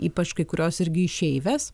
ypač kai kurios irgi išeivės